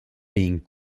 being